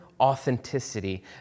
authenticity